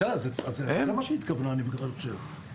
זה מה שהיא התכוונה, אני חושב.